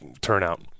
turnout